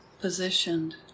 positioned